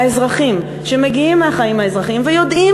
האזרחים שמגיעים מהחיים האזרחיים ויודעים